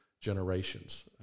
generations